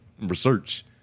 research